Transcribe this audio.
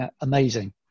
amazing